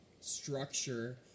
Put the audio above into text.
structure